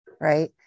right